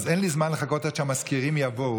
אז אין לי זמן לחכות עד שהמזכירים יבואו.